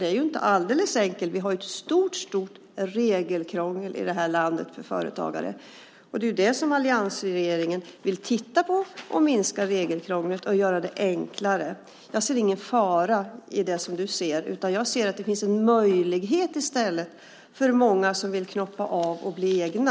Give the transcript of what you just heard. Det är inte alldeles enkelt. Vi har ett stort regelkrångel i det här landet för företagare. Det är det som alliansregeringen vill titta på och minska regelkrånglet och göra det enklare. Jag ser ingen fara i det som du säger, utan jag ser att det i stället finns en möjlighet för många som vill knoppa av och bli egna.